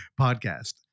podcast